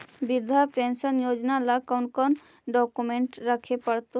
वृद्धा पेंसन योजना ल कोन कोन डाउकमेंट रखे पड़तै?